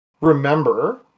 remember